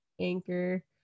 Anchor